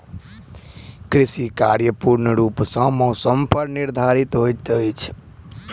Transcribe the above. कृषि कार्य पूर्ण रूप सँ मौसम पर निर्धारित होइत अछि